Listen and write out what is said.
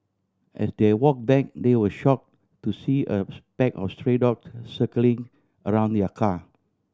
as they walk back they were shock to see a pack of stray dogs circling around the car